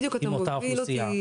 בדיוק אתה מוביל אותי